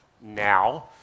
now